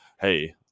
hey